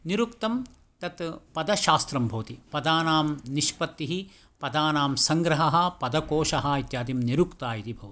निरुक्तं तत् पदशास्त्रं भवति पदानां निष्पत्तिः पदानां संग्रहः पदकोषः इत्यादि निरुक्तः इति भवति